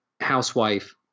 housewife